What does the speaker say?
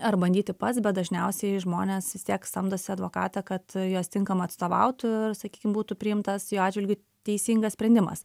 ar bandyti pats bet dažniausiai žmonės vis tiek samdosi advokatą kad juos tinkamai atstovautų ir sakykim būtų priimtas jo atžvilgiu teisingas sprendimas